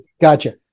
Gotcha